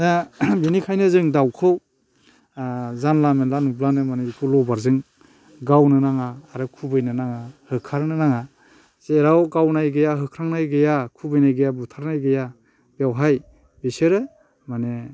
दा बिनिखायनो जों दाउखौ ओ जानला मोनला नुब्लानो मानि बेखौ लबारजों गावनो नाङा आरो खुबैनो नाङा होखारनो नाङा जेराव गावनाय गैया होख्रांनाय गैया खुबैनाय गैया बुथारनाय गैया बेवहाय बिसोरो माने